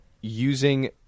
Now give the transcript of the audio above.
using